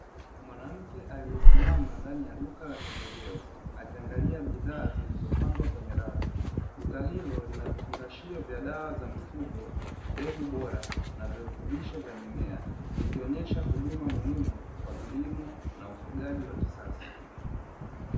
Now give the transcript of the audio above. Mwanamke aliyesimama ndani ya duka la pembejeo akiangalia bidhaa zilizopangwa kwenye rafu. Duka hilo lina vifungashio vya dawa za mifugo, mbegu bora na virutubisho vya mimea; vikionyesha huduma muhimu kwa kilimo na ufugaji wa kisasa.